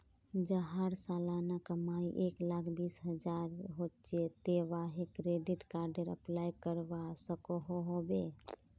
जहार सालाना कमाई एक लाख बीस हजार होचे ते वाहें क्रेडिट कार्डेर अप्लाई करवा सकोहो होबे?